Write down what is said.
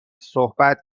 صحبت